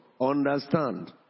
understand